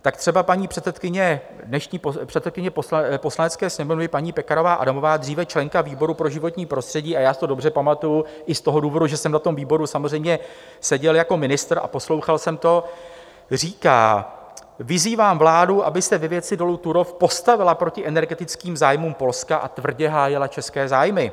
Tak třeba paní předsedkyně, dnešní předsedkyně poslanců Poslanecké sněmovny, paní Pekarová Adamová, dříve členka výboru pro životní prostředí, a já to dobře pamatuju i z toho důvodu, že jsem na tom výboru samozřejmě seděl jako ministr a poslouchal jsem to, říká: Vyzývám vládu, aby se ve věci dolu Turów postavila proti energetickým zájmům Polska a tvrdě hájila české zájmy.